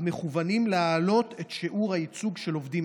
המכוונות להעלות את שיעור הייצוג של עובדים